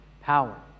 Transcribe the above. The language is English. power